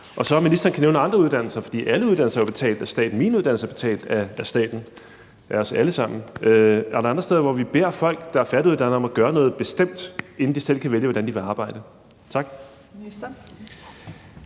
høre, om ministeren kan nævne andre uddannelser – for alle uddannelser er jo betalt af staten; min uddannelse er betalt af staten, af os alle sammen – hvor vi beder folk, der er færdiguddannede, om at gøre noget bestemt, inden de selv kan vælge, hvordan de vil arbejde. Tak.